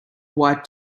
white